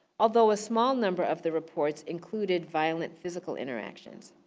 although a small number of the reports included violent physical interactions.